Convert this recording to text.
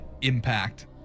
impact